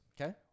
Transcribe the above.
Okay